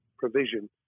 Provision